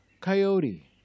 Coyote